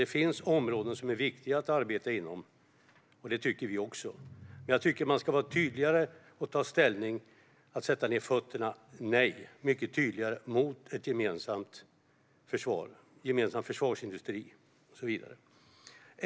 Det finns områden som är viktiga att arbeta inom. Det tycker vi också. Men jag tycker att man ska ta ställning, sätta ned fötterna och säga ett mycket tydligare nej till ett gemensamt försvar, en gemensam försvarsindustri och så vidare.